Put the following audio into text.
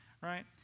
right